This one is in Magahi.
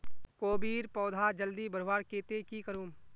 कोबीर पौधा जल्दी बढ़वार केते की करूम?